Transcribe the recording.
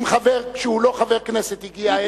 אם חבר שהוא לא חבר כנסת הגיע הנה,